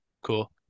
cool